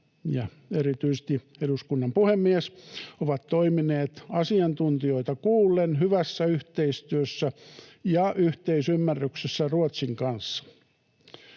— erityisesti eduskunnan puhemies — ovat toimineet asiantuntijoita kuullen hyvässä yhteistyössä ja yhteisymmärryksessä Ruotsin kanssa.